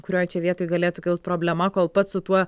kurioj čia vietoj galėtų kilt problema kol pats su tuo